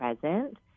present